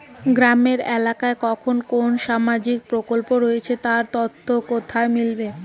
গ্রামের এলাকায় কখন কোন সামাজিক প্রকল্প রয়েছে তার তথ্য কোথায় মিলবে?